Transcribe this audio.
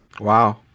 Wow